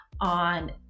on